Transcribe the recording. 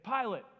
Pilate